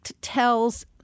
tells